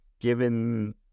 given